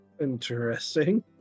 Interesting